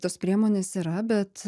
tos priemonės yra bet